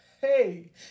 hey